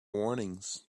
warnings